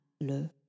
le